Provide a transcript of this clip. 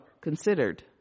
considered